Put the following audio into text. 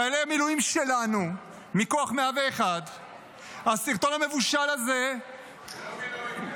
חיילי מילואים שלנו מכוח 101. הסרטון המבושל הזה --- זה לא מילואים,